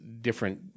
different